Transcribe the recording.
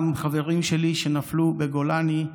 גם חברים שלי שנפלו בגולני: